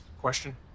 question